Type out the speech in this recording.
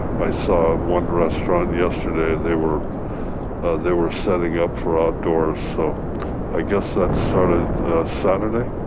i saw one restaurant yesterday, they were they were setting up for outdoors. so i guess that started saturday?